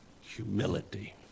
humility